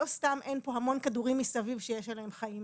לא סתם אין פה המון כדורים מסביב שיש עליהם חיים.